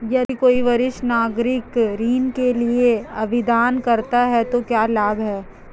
यदि कोई वरिष्ठ नागरिक ऋण के लिए आवेदन करता है तो क्या लाभ हैं?